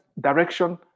direction